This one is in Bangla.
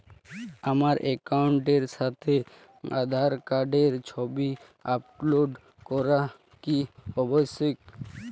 আমার অ্যাকাউন্টের সাথে আধার কার্ডের ছবি আপলোড করা কি আবশ্যিক?